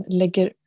lägger